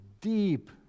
deep